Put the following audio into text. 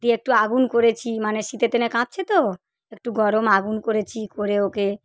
দিয়ে একটু আগুন করেছি মানে শীতের দিনে কাঁপছে তো একটু গরম আগুন করেছি করে ওকে